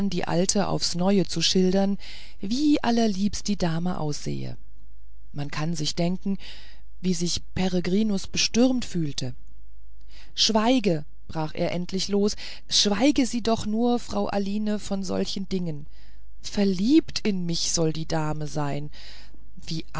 die alte aufs neue zu schildern wie allerliebst die dame aussehe man kann denken wie sich peregrinus bestürmt fühlte schweige brach er endlich los schweige sie doch nur frau aline von solchen dingen verliebt in mich sollte die dame sein wie